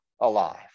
alive